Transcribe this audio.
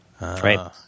right